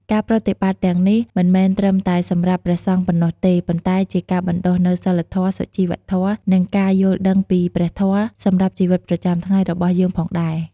ការប្រតិបត្តិទាំងនេះមិនមែនត្រឹមតែសម្រាប់ព្រះសង្ឃប៉ុណ្ណោះទេ ប៉ុន្តែជាការបណ្តុះនូវសីលធម៌ សុជីវធម៌ និងការយល់ដឹងពីព្រះធម៌សម្រាប់ជីវិតប្រចាំថ្ងៃរបស់យើងផងដែរ។